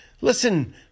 Listen